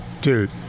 dude